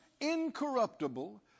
incorruptible